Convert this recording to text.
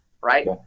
right